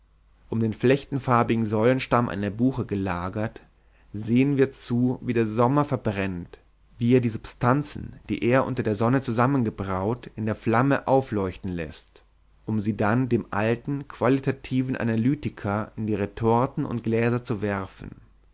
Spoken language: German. um den flechtenfarbigen säulenstamm einer buche gelagert sehen wir zu wie der sommer verbrennt wie er die substanzen die er unter der sonne zusammengebraut in der flamme aufleuchten läßt um sie dann dem alten qualitativen analytiker in die retorten und gläser zu werfen